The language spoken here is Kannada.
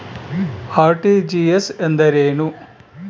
ಆರ್.ಟಿ.ಜಿ.ಎಸ್ ಎಂದರೇನು?